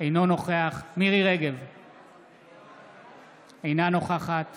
אינו נוכח מירי מרים רגב, אינה נוכחת